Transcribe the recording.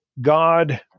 God